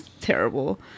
Terrible